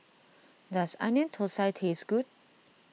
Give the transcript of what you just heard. does Onion Thosai taste good